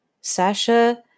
Sasha